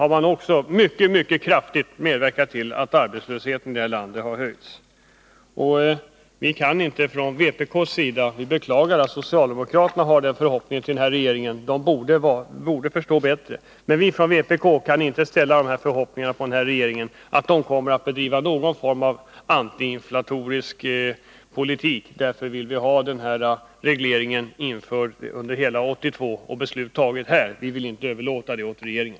Samtidigt som inflationen stigit har regeringen medverkat till en mycket kraftig höjning av arbetslösheten här i landet. Från vpk:s sida kan vi inte hysa förhoppningar om att den här regeringen kommer att bedriva någon form av antiinflatorisk politik. Vi beklagar att socialdemokraterna har sådana förhoppningar på regeringen — de borde förstå bättre. Vi vill därför ha beslut fattat här i riksdagen om att prisregleringen skall gälla hela 1982 — vi vill inte överlåta den saken åt regeringen.